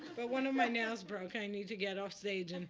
but one of my nails broke. i need to get offstage, and